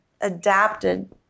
adapted